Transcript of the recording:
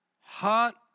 Hot